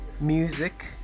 music